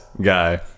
guy